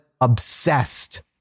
obsessed